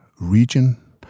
region